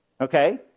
Okay